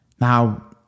Now